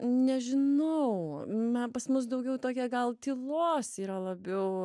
nežinau na pas mus daugiau tokia gal tylos yra labiau